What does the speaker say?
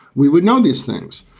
we would know these things,